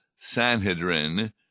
sanhedrin